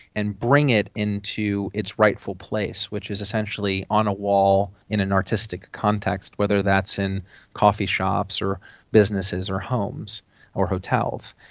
and bring it into its rightful place, which is essentially on a wall in an artistic context, whether that's in coffee shops or businesses or homes or hotels.